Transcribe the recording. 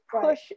push